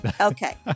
okay